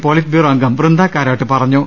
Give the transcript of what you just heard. politburo അംഗം വൃന്ദാകാരാട്ട് പറഞ്ഞു